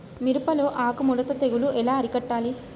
మిరపలో ఆకు ముడత తెగులు ఎలా అరికట్టాలి?